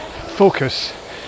focus